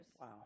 Wow